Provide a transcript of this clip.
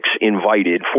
invited